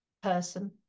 person